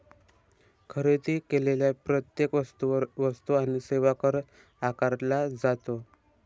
खरेदी केलेल्या प्रत्येक वस्तूवर वस्तू आणि सेवा कर आकारला जातो